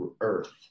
earth